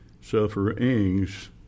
sufferings